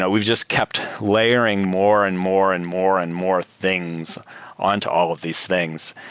but we've just kept layering more and more and more and more things on to all of these things.